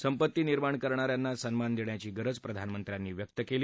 संपत्ती निर्माण करणाऱ्यांना सन्मान देण्याची गरज प्रधानमंत्र्यांनी व्यक्त केली